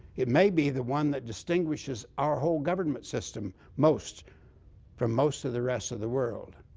it may be the one that distinguishes our whole government system most from most of the rest of the world.